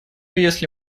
если